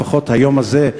לפחות היום הזה,